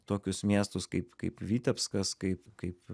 tokius miestus kaip kaip vitebskas kaip kaip